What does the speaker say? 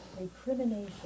recrimination